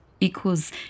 equals